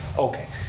okay.